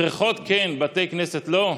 בריכות, כן, בתי כנסת, לא?